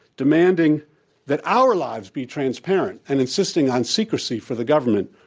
demanding that our lives be transparent and insisting on secrecy for the government,